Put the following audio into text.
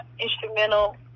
instrumental